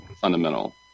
fundamental